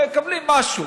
והם מקבלים משהו,